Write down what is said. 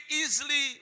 easily